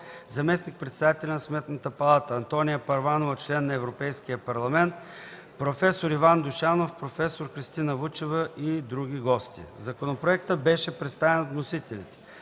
заместник-председатели на Сметната палата, Антония Първанова – член на Европейския парламент, проф. Иван Душанов, проф. Христина Вучева и други гости. Законопроектът беше представен от вносителите.